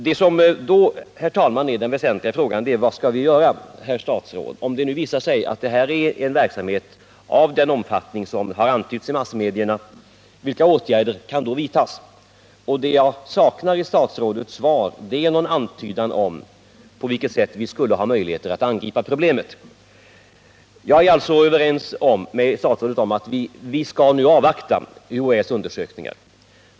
Det är då, herr talman, som den väsentliga frågan är: Vad skall vi göra, herr statsråd, om det nu visar sig att den här verksamheten har sådan omfattning som har antytts i massmedierna? Vilka åtgärder kan då vidtas? Det jag saknar i svaret är en antydan om på vilket sätt vi skulle kunna angripa problemet. Jag är alltså överens med statsrådet om att vi nu skall avvakta UHÄ:s undersökningar.